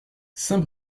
saint